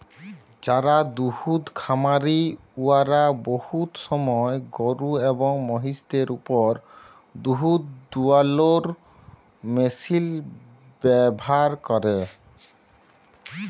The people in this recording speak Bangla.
যারা দুহুদ খামারি উয়ারা বহুত সময় গরু এবং মহিষদের উপর দুহুদ দুয়ালোর মেশিল ব্যাভার ক্যরে